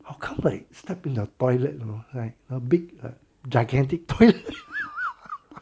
oh come back step in their toilet you know like a big gigantic toilet